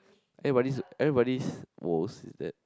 everybody's everybody's woes is that